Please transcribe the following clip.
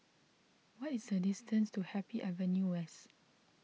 what is the distance to Happy Avenue West